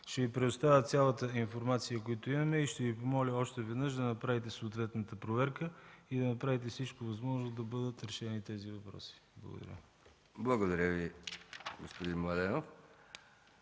ще Ви предоставя цялата информация, която имаме. Ще Ви помоля още веднъж да направите съответната проверка и да направите всичко възможно да бъдат решени тези въпроси. Благодаря. ПРЕДСЕДАТЕЛ МИХАИЛ